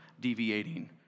deviating